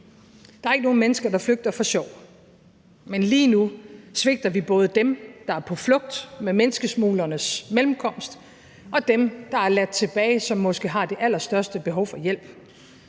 Der er ikke nogen mennesker, der flygter for sjov, men lige nu svigter vi både dem, der er på flugt med menneskesmuglernes mellemkomst, og dem, der er ladt tilbage, og som måske har det allerstørste behov for hjælp.